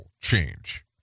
change